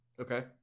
Okay